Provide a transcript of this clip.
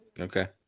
Okay